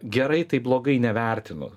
gerai tai blogai nevertinu